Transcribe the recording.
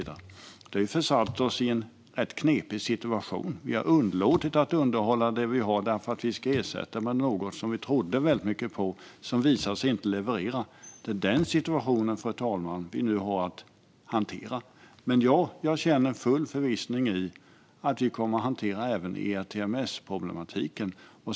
Det har försatt oss i en rätt knepig situation. Vi har underlåtit att underhålla det vi har, därför att vi ska ersätta det med något som vi trodde väldigt mycket på men som visar sig inte leverera. Det är den situationen, fru talman, som vi nu har att hantera. Men ja, jag känner full förvissning om att vi kommer att hantera även ERTMS-problematiken.